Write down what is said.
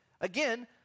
Again